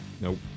Nope